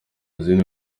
izindi